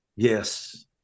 Yes